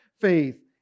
faith